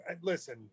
listen